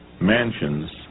mansions